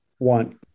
One